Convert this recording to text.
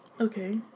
Okay